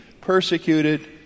persecuted